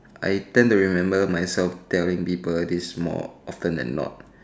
I tend to remember myself telling people to be more often than not